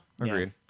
Agreed